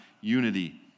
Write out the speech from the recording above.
unity